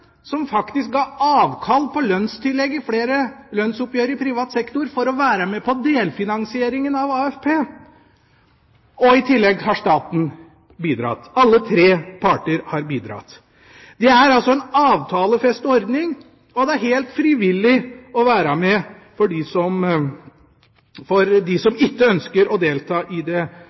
som faktisk ga avkall på lønnstillegg i flere lønnsoppgjør i privat sektor for å være med på delfinansieringen av AFP. I tillegg har staten bidratt. Alle tre parter har bidratt. Det er altså en avtalefestet ordning. Og det er helt frivillig om en ønsker å delta i det organiserte arbeidslivet. Så får vi en ny pensjonsreform fra 2011, hvor hele pensjonssystemet endres. I dag er det